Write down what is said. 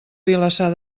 vilassar